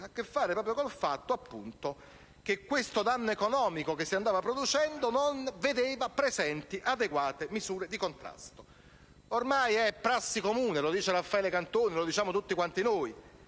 ha a che fare con questo, con il fatto che questo danno economico che si andava producendo non vedeva presenti adeguate misure di contrasto. Ormai è prassi comune, lo dice Raffaele Cantone, ma lo diciamo anche tutti noi,